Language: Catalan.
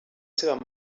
seva